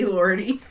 Lordy